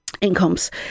Incomes